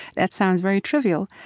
that sounds very trivial,